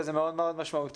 וזה מאוד מאוד משמעותי.